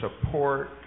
support